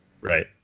right